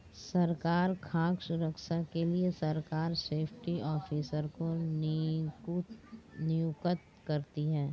सरकार खाद्य सुरक्षा के लिए सरकार सेफ्टी ऑफिसर को नियुक्त करती है